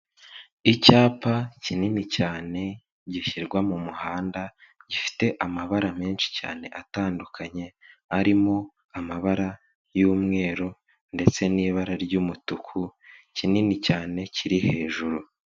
Icyapa kinini cyane gishyirwa mu muhanda gifite amabara menshi cyane atandukanye arimo amabara y'umweru ndetse n'ibara ry'umutuku kinini cyane kiri hejuru.